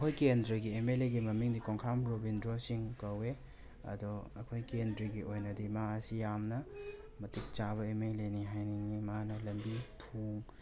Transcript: ꯑꯩꯈꯣꯏ ꯀꯦꯟꯗ꯭ꯔꯒꯤ M L ꯑꯦꯒꯤ ꯃꯃꯤꯡꯗꯤ ꯀꯣꯡꯈꯥꯝ ꯔꯣꯕꯤꯟꯗ꯭ꯔꯣ ꯁꯤꯡ ꯀꯧꯋꯦ ꯑꯗꯣ ꯑꯩꯈꯣꯏ ꯀꯦꯟꯗ꯭ꯔꯒꯤ ꯑꯣꯏꯅꯗꯤ ꯃꯥꯁꯤ ꯌꯥꯝꯅ ꯃꯇꯤꯛ ꯆꯥꯕ ꯑꯦꯝ ꯑꯦꯜ ꯑꯦꯅꯤ ꯍꯥꯏꯅꯤꯡꯉꯤ ꯃꯥꯅ ꯂꯝꯕꯤ ꯊꯣꯡ